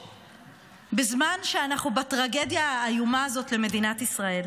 בזמן שאנחנו בטרגדיה האיומה הזאת למדינת ישראל.